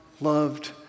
loved